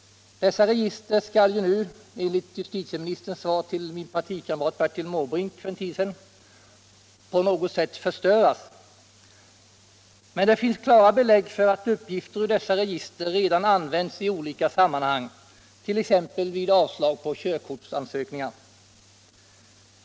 Dessa register skall ju nu, enligt justitieministerns svar till min partikamrat Bertil Måbrink för en tid sedan, på något sätt förstöras. Men det finns klara belägg för att uppgifter ur dessa register redan använts i olika sammanhang, t.ex. vid avslag på körkortsansökningar.